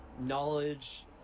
knowledge